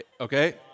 Okay